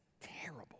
terrible